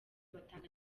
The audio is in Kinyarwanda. batanga